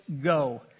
go